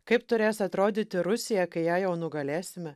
kaip turės atrodyti rusija kai ją jau nugalėsime